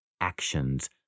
Actions